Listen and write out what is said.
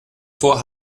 vor